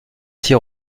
six